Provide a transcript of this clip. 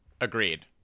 agreed